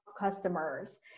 customers